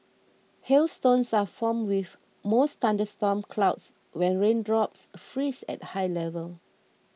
hailstones are formed within most thunderstorm clouds when raindrops freeze at high levels